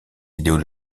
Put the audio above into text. idéaux